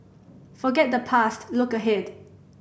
forget the past look ahead